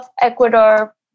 Ecuador